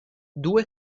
due